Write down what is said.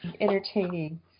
Entertaining